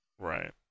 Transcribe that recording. right